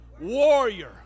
warrior